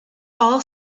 all